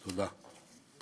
תודה.